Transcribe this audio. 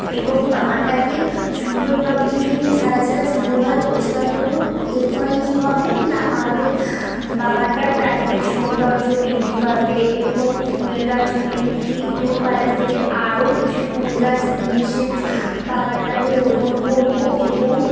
এবং বাগানটাকে সুন্দরভাব কিছুদিন ছাড়া ছাড়া সুন্দরভাবে পরিষ্কার করব এর ফলে কি হবে না আমাদের বাগানটার প্রাকৃতিক সৌন্দর্য বৃদ্ধি পাবে এবং ফুল গাছগুলিকে এবং বাজার থেকে আরো কিছু ফুল গাছ নিয়ে এসে বাগানটাতে রোপণ করব এবং